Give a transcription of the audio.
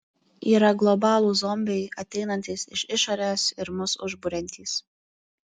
yra globalūs zombiai ateinantys iš išorės ir mus užburiantys